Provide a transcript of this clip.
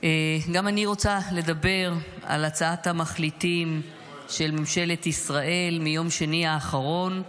גם אני רוצה לדבר על הצעת המחליטים של ממשלת ישראל מיום שני האחרון,